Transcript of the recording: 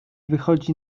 wychodzi